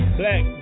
black